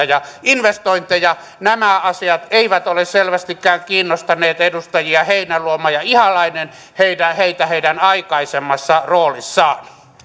ja investointeja nämä asiat eivät ole selvästikään kiinnostaneet edustajia heinäluoma ja ihalainen heidän aikaisemmassa roolissaan